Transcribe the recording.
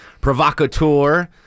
provocateur